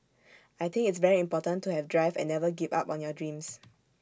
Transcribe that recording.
I think it's very important to have drive and never give up on your dreams